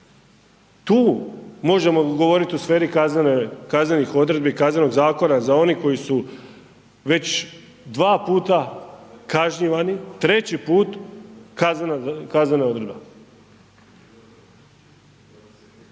tu možemo govoriti o kaznene, kaznenih odredbi i Kaznenog zakona za oni koji su već dva puta kažnjivani, treći put kaznena odredba,